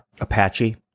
Apache